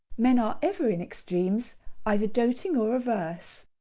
men are ever in extremes either doting or averse.